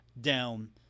down